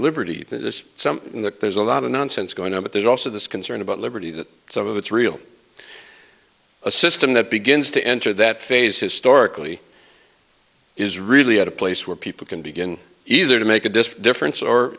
liberty there's some in that there's a lot of nonsense going on but there's also this concern about liberty that some of it's real a system that begins to enter that phase historically is really at a place where people can begin either to make a disk difference or